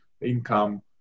income